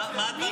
מי?